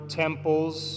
temples